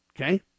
Okay